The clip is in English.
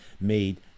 made